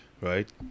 right